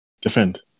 defend